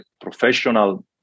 professional